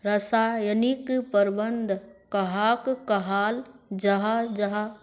रासायनिक प्रबंधन कहाक कहाल जाहा जाहा?